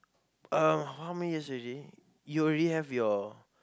uh how many years already you already have your